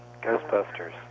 Ghostbusters